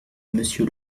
monsieur